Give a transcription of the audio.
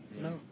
No